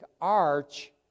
arch